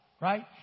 Right